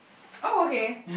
oh okay